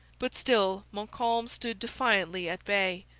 but still montcalm stood defiantly at bay.